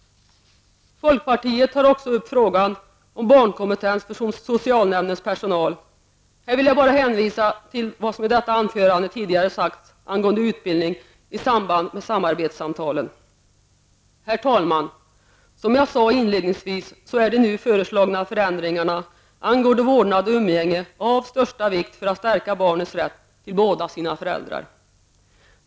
Folkpartiet tar också upp frågan om barnkompetens för socialnämndens personal. Här vill jag bara hänvisa till vad som i detta anförande tidigare sagts angående utbildning i samband med samarbetssamtalen. Herr talman! Som jag sade inledningsvis är de nu föreslagna förändringarna angående vårdnad och umgänge av största vikt för att stärka barnets rätt till båda sina föräldrar.